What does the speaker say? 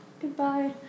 Goodbye